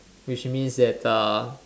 which means that uh